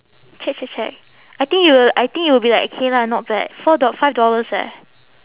check check check I think you will I think you will be like okay lah not bad four dol~ five dollars eh